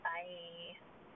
Bye